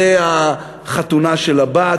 זה החתונה של הבת.